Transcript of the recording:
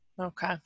okay